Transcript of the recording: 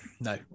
no